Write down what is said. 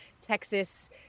Texas